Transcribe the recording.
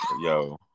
Yo